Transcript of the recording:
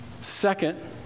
Second